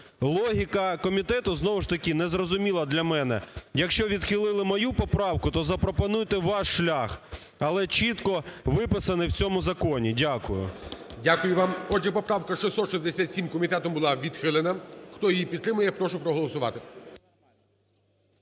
Логіка комітету знову ж таки не зрозуміла для мене. Якщо відхилили мою поправку, то запропонуйте ваш шлях, але чітко виписаний у цьому законі. Дякую. ГОЛОВУЮЧИЙ. Дякую вам. Отже, поправка 667 комітетом була відхилена. Хто її підтримує, прошу проголосувати.